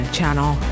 Channel